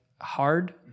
hard